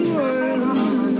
world